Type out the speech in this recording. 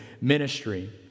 ministry